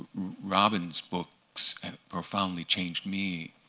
robin's books profoundly changed me